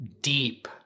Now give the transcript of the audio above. deep